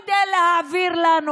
הליכוד, עובדת אצל יריב